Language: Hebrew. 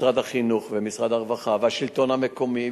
משרד החינוך ומשרד הרווחה והשלטון המקומי.